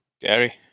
Gary